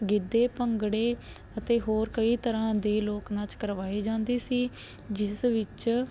ਗਿੱਧੇ ਭੰਗੜੇ ਅਤੇ ਹੋਰ ਕਈ ਤਰ੍ਹਾਂ ਦੇ ਲੋਕ ਨਾਚ ਕਰਵਾਏ ਜਾਂਦੇ ਸੀ ਜਿਸ ਵਿੱਚ